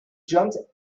jumped